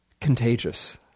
Contagious